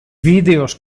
vídeos